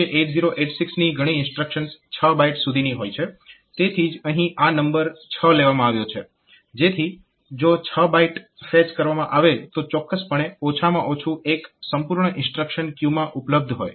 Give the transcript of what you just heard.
તો આપણે જોઈશું કે 8086 ની ઘણી ઇન્સ્ટ્રક્શન્સ 6 બાઈટ સુધીની હોય છે તેથી જ અહીં આ નંબર 6 લેવામાં આવ્યો છે જેથી જો 6 બાઈટ ફેચ કરવામાં આવે તો ચોક્કસપણે ઓછામાં ઓછું એક સંપૂર્ણ ઇન્સ્ટ્રક્શન ક્યુ માં ઉપલબ્ધ હોય છે